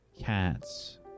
cats